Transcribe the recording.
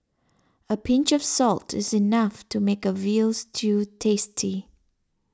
a pinch of salt is enough to make a Veal Stew tasty